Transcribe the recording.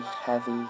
heavy